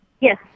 Yes